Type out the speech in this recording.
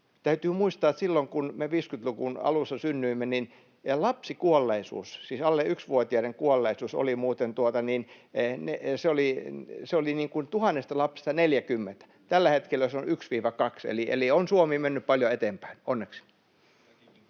täytyy muistaa, että silloin kun me 50-luvun alussa synnyimme, lapsikuolleisuus, siis alle yksivuotiaiden kuolleisuus, oli muuten tuhannesta lapsesta 40 [Eduskunnasta: Kyllä!] ja tällä hetkellä se on 1—2. Eli on Suomi mennyt paljon eteenpäin, onneksi.